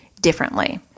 differently